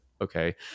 okay